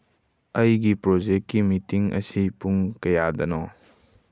ꯑꯩꯒꯤ ꯄ꯭ꯔꯣꯖꯦꯛꯀꯤ ꯃꯤꯇꯤꯡ ꯑꯁꯤ ꯄꯨꯡ ꯀꯌꯥꯗꯅꯣ